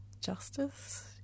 justice